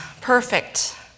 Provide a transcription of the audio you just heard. perfect